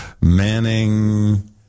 Manning